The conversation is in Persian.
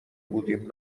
بودیم